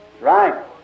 Right